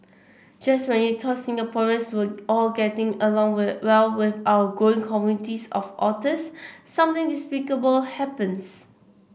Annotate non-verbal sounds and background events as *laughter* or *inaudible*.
just when you thought Singaporeans were all getting along *unintelligible* well with our growing communities of otters something despicable happens